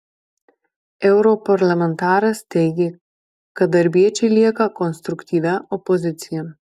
europarlamentaras teigė kad darbiečiai lieka konstruktyvia opozicija